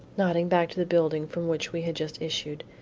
nodding back to the building from which we had just issued,